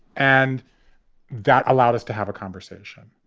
and that allowed us to have a conversation.